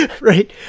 right